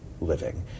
living